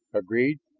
agreed?